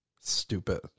Stupid